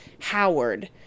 Howard